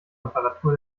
reparatur